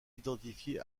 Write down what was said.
identifié